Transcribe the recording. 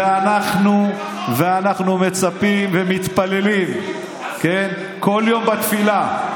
ואנחנו מצפים ומתפללים, כן, כל יום בתפילה,